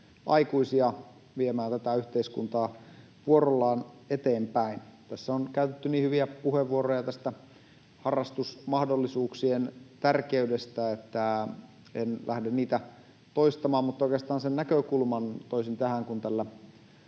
aikuisia viemään tätä yhteiskuntaa vuorollaan eteenpäin. Tässä on käytetty niin hyviä puheenvuoroja harrastusmahdollisuuksien tärkeydestä, että en lähde niitä toistamaan, mutta oikeastaan sen näkökulman toisin tähän, kun tällä